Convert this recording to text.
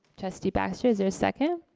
trustee baxter, is there a second?